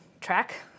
track